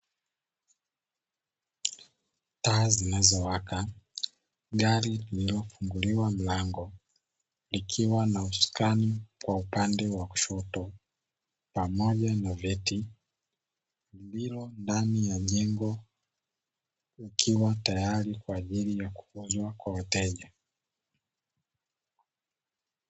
Taa zinazowaka gari lililofunguliwa mlango likiwa na usukani upande wa kushoto, pamoja na vyeti, likiwa ndani ya jengo likiwa tayari kuuzwa kwa wateja.